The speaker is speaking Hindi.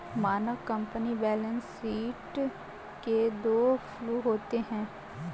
मानक कंपनी बैलेंस शीट के दो फ्लू होते हैं